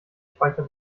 speicher